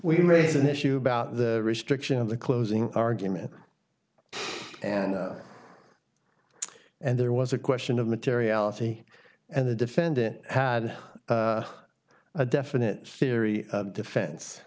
we raise an issue about the restriction on the closing argument and and there was a question of materiality and the defendant had a definite theory defen